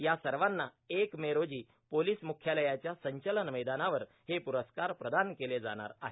या सर्वांना एक मे रोजी पोलीस मुख्यालयाच्या संचलन मैदानावर हे पुरस्कार प्रदान केले जाणार आहेत